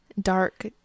dark